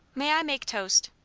may i make toast?